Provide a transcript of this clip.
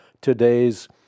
today's